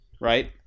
right